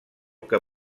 que